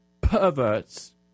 perverts